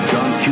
John